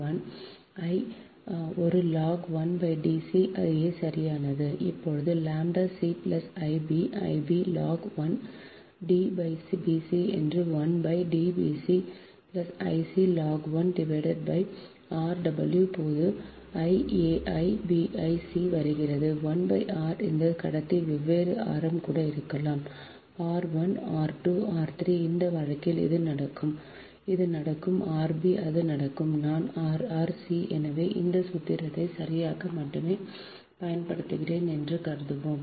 4605 I ஒரு log 1 D c a சரியானது இப்போது ʎc I b I b log 1 D bc என்று 1 D bc I c log 1 rw போது I a I b I c வருகிறது 1 r இந்த கடத்தி வெவ்வேறு ஆரம் கூட இருக்கலாம் r 1 r 2 r 3 இந்த வழக்கில் இது நடக்கும் இது நடக்கும் rb இது நடக்கும் நான் r r c எனவே இந்த சூத்திரத்தை சரியாக மட்டுமே பயன்படுத்துகிறேன் என்று கருதுவோம்